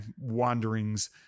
wanderings